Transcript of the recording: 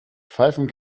pfeifen